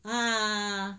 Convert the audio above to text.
ah